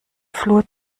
flur